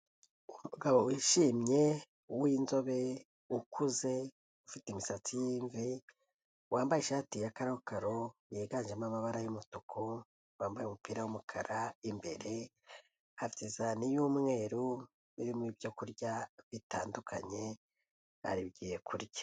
Umugabo wishimye, uwinzobe, ukuze, ufite imisatsi y'imvi, wambaye ishati ya karakaro, yiganjemo amabara y'umutuku, wambaye umupira w'umukara imbere isahani y'umweru irimo ibyo kurya, bitandukanye, agiye kurya.